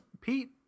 Pete